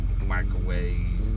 microwave